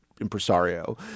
impresario